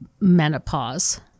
menopause